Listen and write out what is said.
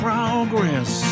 Progress